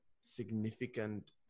significant